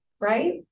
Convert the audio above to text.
right